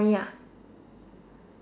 ya